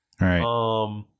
Right